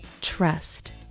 trust